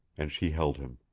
and she held him.